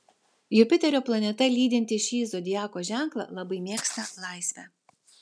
jupiterio planeta lydinti šį zodiako ženklą labai mėgsta laisvę